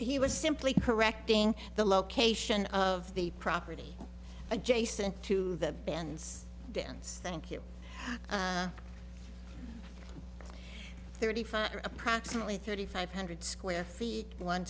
he was simply correcting the location of the property adjacent to the band's dense thank you thirty five approximately thirty five hundred square feet one